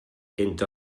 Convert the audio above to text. entre